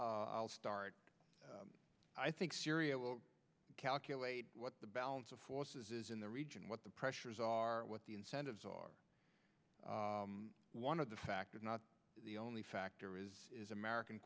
there i'll start i think syria will calculate what the balance of forces is in the region what the pressures are what the incentives are one of the factors not the only factor is is american